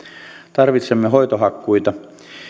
tarvitsemme hoitohakkuita